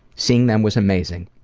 seeing them was amazing.